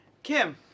Kim